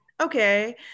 okay